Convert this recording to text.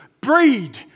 Breed